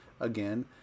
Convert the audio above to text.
again